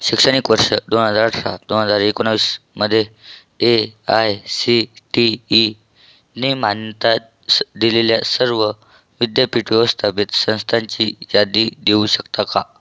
शैक्षणिक वर्ष दोन हजार अठरा दोन हजार एकोणावीसमधे A I C T E ने मान्यता दिलेल्या सर्व विद्यापीठ व्यवस्थापित संस्थांची यादी देऊ शकता का